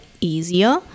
easier